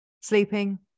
sleeping